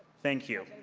thank you.